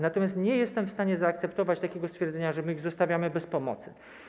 Natomiast nie jestem w stanie zaakceptować takiego stwierdzenia, że my ich zostawiamy bez pomocy.